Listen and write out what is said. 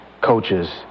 coaches